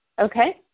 Okay